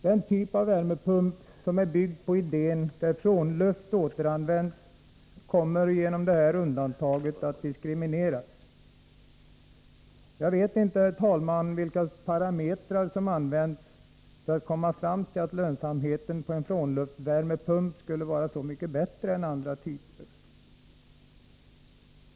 Den typ av värmepump som är byggd på idén att frånluft återanvänds kommer genom det av regeringen föreslagna undantaget att diskrimineras. Jag vet inte, herr talman, vilka parametrar som man har använt för att komma fram till att lönsamheten på en frånluftsvärmepump skulle vara så mycket bättre än på andra typer.